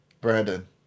Brandon